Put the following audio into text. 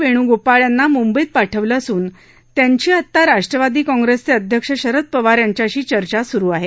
वेणुगोपाळ यांना मुंबईत पाठवलं असून त्यांची आता राष्ट्रवादी काँप्रिसचे अध्यक्ष शरद पवार यांच्याशी चर्चा सुरु आहे